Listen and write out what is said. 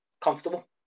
comfortable